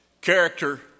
Character